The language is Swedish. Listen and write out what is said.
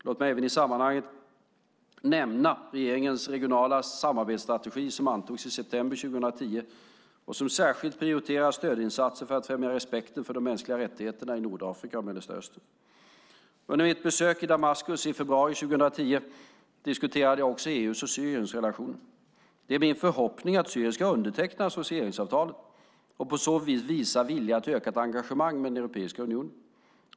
Låt mig även i sammanhanget nämna regeringens regionala samarbetsstrategi som antogs i september 2010 och som särskilt prioriterar stödinsatser för att främja respekten för de mänskliga rättigheterna i Nordafrika och Mellanöstern. Under mitt besök i Damaskus i februari 2010 diskuterade jag också EU:s och Syriens relationer. Det är min förhoppning att Syrien ska underteckna associeringsavtalet och på så sätt visa vilja till ökat engagemang med Europeiska unionen.